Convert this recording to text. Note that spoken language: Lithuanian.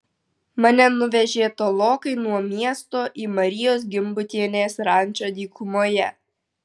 mane nuvežė tolokai nuo miesto į marijos gimbutienės rančą dykumoje